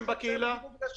לפחות בהבנה שלנו,